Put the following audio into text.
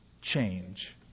change